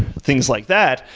things like that.